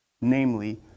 namely